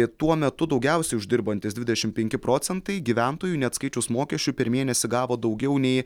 tuo metu daugiausiai uždirbantys dvidešim penki procentai gyventojų neatskaičius mokesčių per mėnesį gavo daugiau nei